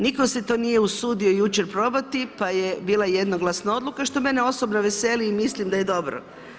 Niko se to nije usudio jučer probati pa je bila jednoglasna odluka, što mene osobno veseli i mislim da je dobro.